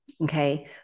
Okay